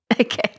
Okay